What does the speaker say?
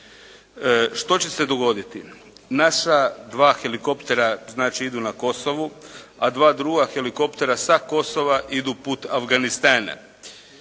Što će se dogoditi? Naša dva helikoptera znači idu na Kosovo a dva druga helikoptera sa Kosova idu put Afganistana.